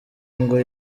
ngo